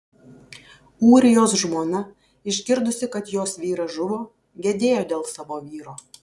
ūrijos žmona išgirdusi kad jos vyras žuvo gedėjo dėl savo vyro